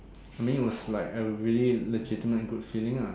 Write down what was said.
I mean it was like a really legitimate good feeling ah